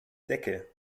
decke